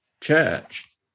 church